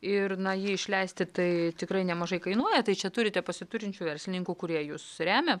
ir na jį išleisti tai tikrai nemažai kainuoja tai čia turite pasiturinčių verslininkų kurie jus remia